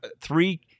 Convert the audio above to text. three